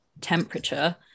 temperature